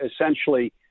essentially